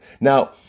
Now